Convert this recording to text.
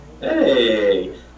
Hey